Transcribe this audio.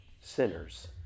sinners